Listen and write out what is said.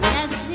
Yes